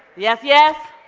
yes, yes?